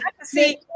see